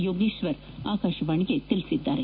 ಯೋಗೇಶ್ವರ ಆಕಾಶವಾಣಿಗೆ ತಿಳಿಸಿದ್ದಾರೆ